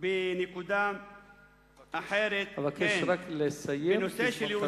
בנקודה אחרת, אבקש לסיים כי זמנך תם.